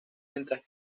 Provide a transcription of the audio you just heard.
mientras